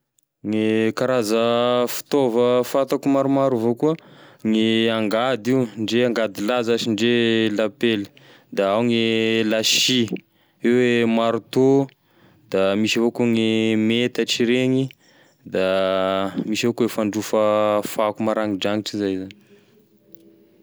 Gne karaza fitaova fantako maromaro avao koa, gne angady io ndre angady lahy zashy ndre lapely, da ao gne lasy, eo e marito, da misy avao koa gne metatry reny da misy avao koa e fandraofa fako maragnidranitry zay zany.